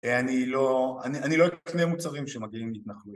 אני לא… אני לא אקנה מוצרים שמגיעים מהתנחלויות